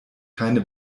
keine